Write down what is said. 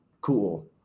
cool